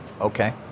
Okay